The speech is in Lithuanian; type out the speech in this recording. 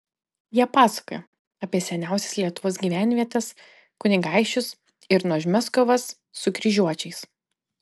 jie pasakoja apie seniausias lietuvos gyvenvietes kunigaikščius ir nuožmias kovas su kryžiuočiais